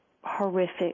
horrific